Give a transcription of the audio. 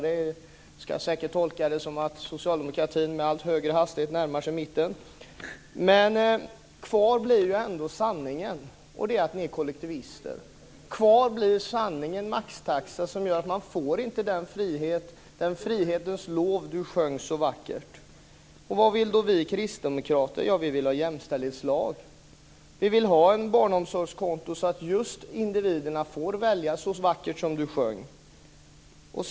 Jag ska säkert tolka det som att socialdemokratin med allt högre hastighet närmar sig mitten. Men kvar blir ändå sanningen, och det är att ni är kollektivister. Kvar blir sanningen, maxtaxa, som gör att människor inte får den frihet vars lov Martin Nilsson sjöng så vackert. Vad vill vi kristdemokrater? Vi vill ha en jämställdhetslag. Vi vill ha ett barnomsorgskonto så att just individerna får välja så vackert som Martin Nilsson sjöng.